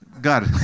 God